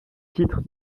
titre